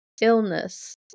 illness